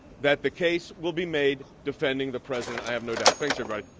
that the case will be made defending the president. i have no doubt. thanks everybody.